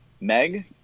Meg